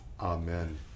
Amen